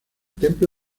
templo